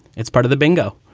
it's part of the bingo.